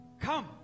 come